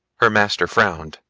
her master frowned.